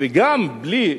וגם בלי,